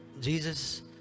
Jesus